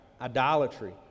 idolatry